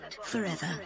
forever